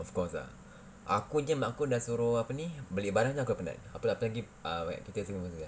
of course ah aku jer mak aku dah suruh apa ni beli barang jer aku dah penat aku datang lagi uh banyak kereta masukkan